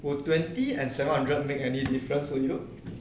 would twenty and seven hundred make any difference to you